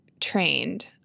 trained